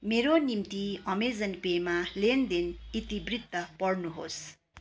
मेरो निम्ति अमेजन पेमा लेनदेन इतिवृत्त पढ्नुहोस्